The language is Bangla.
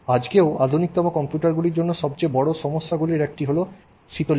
আজকেও আধুনিকতম কম্পিউটারগুলির জন্য সবচেয়ে বড় সমস্যাগুলির একটি হল শীতল করা